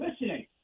listening